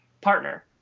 partner